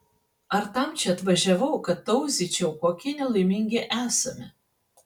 ar tam čia atvažiavau kad tauzyčiau kokie nelaimingi esame